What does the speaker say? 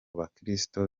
bakristo